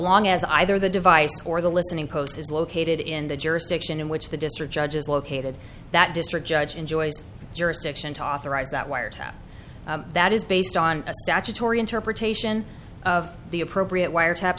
long as either the device or the listening post is located in the jurisdiction in which the district judge is located that district judge enjoys jurisdiction to authorize that wiretap that is based on a statutory interpretation of the appropriate wiretap